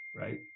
right